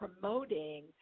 promoting